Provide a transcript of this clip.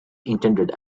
intended